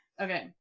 Okay